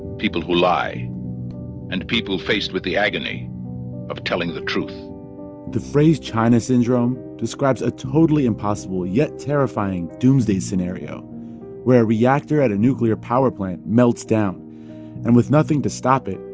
people who lie and people faced with the agony of telling the truth the phrase china syndrome describes a totally impossible yet terrifying doomsday scenario where a reactor at a nuclear power plant melts down and, with nothing to stop it,